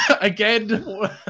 again